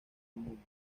mundo